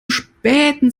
späten